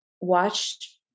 watch